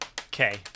Okay